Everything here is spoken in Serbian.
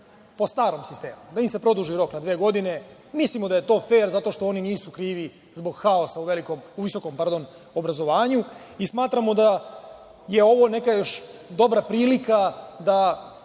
po starom sistemu, da im se produži rok na dve godine. Mislimo da je to fer zato što oni nisu krivi zbog haosa u visokom obrazovanju i smatramo da je ovo neka dobra prilika da